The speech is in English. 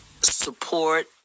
support